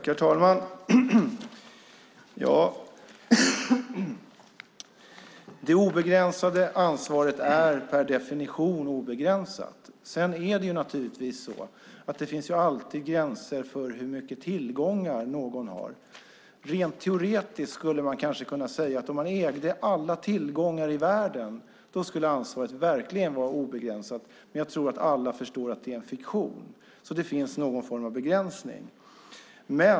Herr talman! Det obegränsade ansvaret är per definition obegränsat. Sedan finns det alltid gränser för hur stora tillgångar någon har. Rent teoretiskt skulle man kanske kunna säga att ifall man ägde alla tillgångar i världen skulle ansvaret verkligen vara obegränsat, men jag tror att alla förstår att det är en fiktion. Det finns alltså någon form av begränsning.